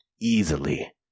easily